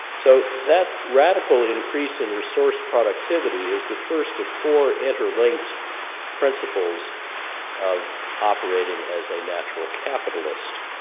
so that radical increase in resource productivity is the first of four interlinked principles of operating as a natural capitalist,